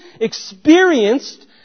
experienced